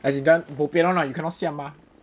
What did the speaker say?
as in bo pian [one] lah you cannot siam [one] mah